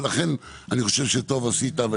אני חושב שטוב עשית שהבאת את זה,